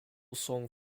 song